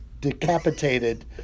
decapitated